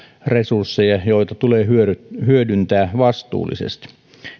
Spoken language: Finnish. resursseja joita tulee hyödyntää vastuullisesti